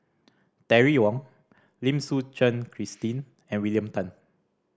Terry Wong Lim Suchen Christine and William Tan